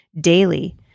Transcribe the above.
daily